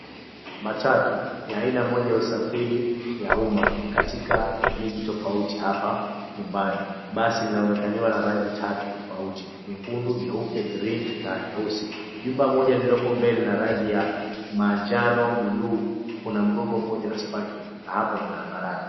Matatu ni aina moja ya usafiri ya uma katika miji tofauti hapa nyumbani, basi linaonekaniwa na rangi tatu tofauti nyekundu, nyeupe, green na nyeusi. Nyumba moja lilipo mbele na rangi ya majano bluu, kuna mgongo mmoja wa spaki na hapa ni barabarani.